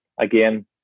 Again